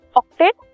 octet